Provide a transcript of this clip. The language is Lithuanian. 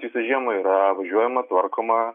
visą žiemą yra važiuojama tvarkoma